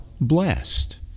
blessed